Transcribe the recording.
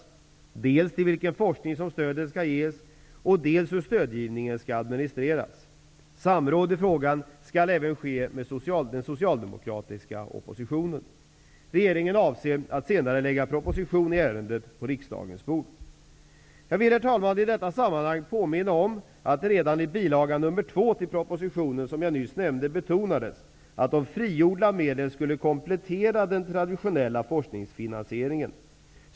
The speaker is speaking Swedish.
Det gäller dels till vilken forskning som stödet skall ges, dels hur stödgivningen skall administreras. Samråd i frågan skall även ske med den socialdemokratiska oppositionen. Regeringen avser att senare lägga en proposition i ärendet på riksdagens bord. Herr talman! Jag vill i detta sammanhang påminna om att det redan i bilaga nr 2 till proposition 1991/92:92 betonades att de frigjorda medlen skulle komplettera den traditionella forskningsfinansieringen.